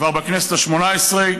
כבר בכנסת השמונה עשרה,